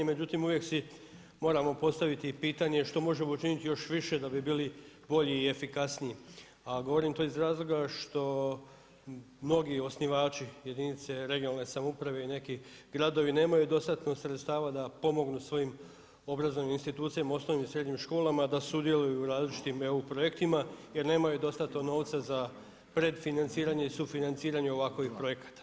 Međutim uvijek si moramo postaviti pitanje što možemo učiniti još više da bi bilo bolji i efikasniji, a govorim to iz razloga što mnogi osnivači jedinice regionalne samouprave i neki gradovi nemaju dostatno sredstava da pomognu svojim obrazovnim institucijama, osnovnim i srednjim školama da sudjeluju u različitim EU projektima jer nemaju dostatnog novca za predfinanciranje i sufinanciranje ovakovih projekata.